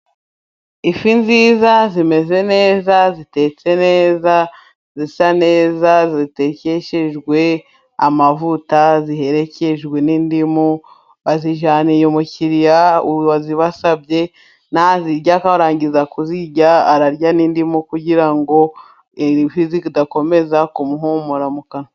Ifi nziza, zimeze neza, zitetse neza, zisa neza, zitekeshejwe amavuta, ziherekejwe n'indimu, bazijyaniye umukiriya wazibasabye, narangiza kuzirya, ararya n'indimu, kugira ngo zidakomeza kumuhumura mu kanwa.